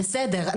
בסדר,